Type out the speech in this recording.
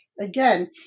again